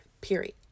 period